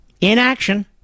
Inaction